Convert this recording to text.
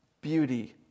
beauty